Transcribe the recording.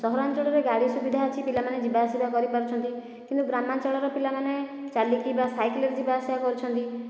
ସହରାଞ୍ଚଳରେ ଗାଡ଼ି ସୁବିଧା ଅଛି ପିଲାମାନେ ଯିବା ଆସିବା କରିପାରୁଛନ୍ତି କିନ୍ତୁ ଗ୍ରାମାଞ୍ଚଳର ପିଲାମାନେ ଚାଲିକି ବା ସାଇକେଲରେ ଯିବା ଆସିବା କରୁଛନ୍ତି